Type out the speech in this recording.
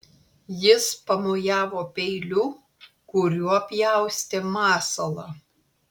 jis pamojavo peiliu kuriuo pjaustė masalą